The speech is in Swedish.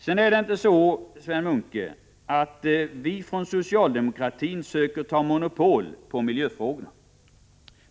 Det är inte så, Sven Munke, att vi från socialdemokratins sida söker skaffa oss monopol på miljöfrågorna.